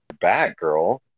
Batgirl